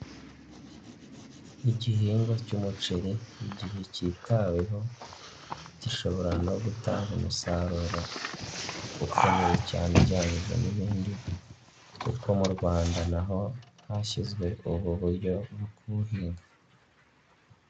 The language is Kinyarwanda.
Igihingwa cy'umuceri igihe kitaweho gishobora no gutanga umusaruro ukomeye cyane ugereranyije n'ibindi kuko mu Rwanda na ho hashyizwe ubu buryo bwo kuwuhinga.